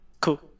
Cool